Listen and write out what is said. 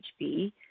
HB